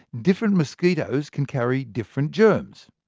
different mosquitoes can carry different germs.